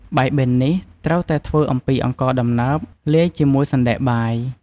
បាយបិណ្ឌនេះត្រូវតែធ្វើអំពីអង្ករដំណើប លាយជាមួយសណ្ដែកបាយ។